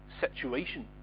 situation